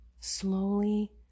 slowly